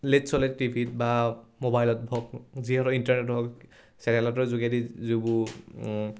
late চলে টিভিত বা ম'বাইলত হওক যিহেতু ইণ্টাৰনেট হওক চেটেলাইটৰ যোগেদি যিবোৰ